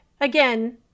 again